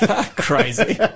Crazy